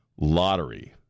lottery